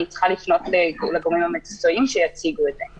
צריכה לפנות לגורמים המקצועיים שיציגו את זה.